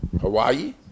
Hawaii